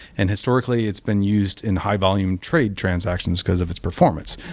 and historically, it's been used in high-volume trade transactions, because of its performance.